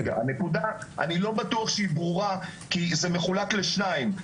אני לא בטוח שהיא ברורה כי זה מחולק לשניים,